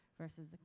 versus